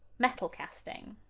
metal casting.